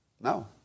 No